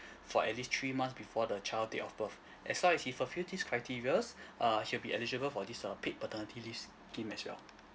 for at least three months before the child date of birth as long as he fulfilled these criterias uh he will be eligible for this uh paid paternity leave scheme as well